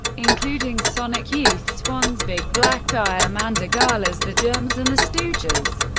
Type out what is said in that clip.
including sonic youth, swans, big black, diamanda galas, the germs, and the stooges.